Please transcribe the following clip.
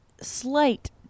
slight